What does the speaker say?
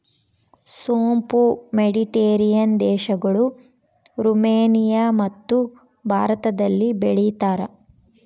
ಸೋಂಪು ಮೆಡಿಟೇರಿಯನ್ ದೇಶಗಳು, ರುಮೇನಿಯಮತ್ತು ಭಾರತದಲ್ಲಿ ಬೆಳೀತಾರ